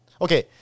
Okay